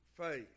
faith